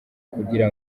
kugira